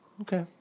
Okay